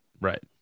right